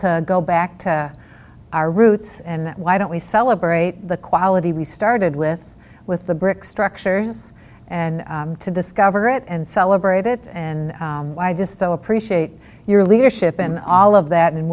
to go back to our roots and why don't we celebrate the quality we started with with the brick structures and to discover it and celebrate it and i just so appreciate your leadership in all of that and